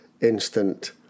instant